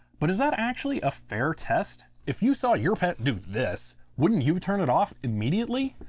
but is that actually a fair test? if you saw your pet do this, wouldn't you turn it off immediately?